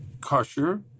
kosher